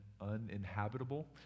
uninhabitable